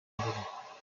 mbere